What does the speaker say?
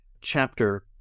chapter